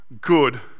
good